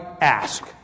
ask